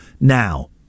now